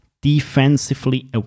defensively